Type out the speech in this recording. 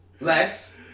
Lex